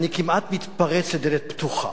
אני כמעט מתפרץ לדלת פתוחה.